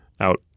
out